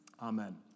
Amen